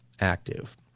active